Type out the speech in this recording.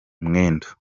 mwendo